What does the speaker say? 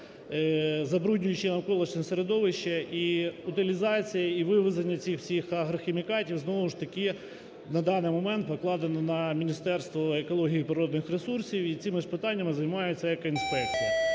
забруднюючи навколишнє середовище, і утилізація, і вивезення цих всіх агрохімікатів знову ж таки на даний момент покладено на Міністерство екології і природніх ресурсів, і цими ж питаннями займається екоінспекція.